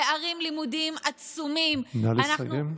פערים לימודיים עצומים, נא לסיים.